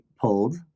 pulled